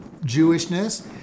Jewishness